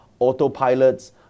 autopilots